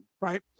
right